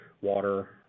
water